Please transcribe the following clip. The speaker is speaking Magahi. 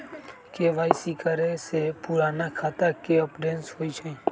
के.वाई.सी करें से पुराने खाता के अपडेशन होवेई?